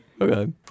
Okay